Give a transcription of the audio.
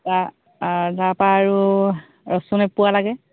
তাৰপৰা আৰু ৰচুন এপোৱা লাগে